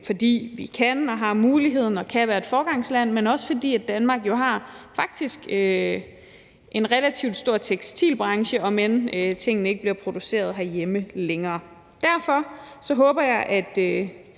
fordi vi kan og har mulighederne og kan være et foregangsland, men også fordi Danmark jo faktisk har en relativt stor tekstilbranche, om end tingene ikke bliver produceret herhjemme længere. Derfor håber jeg, at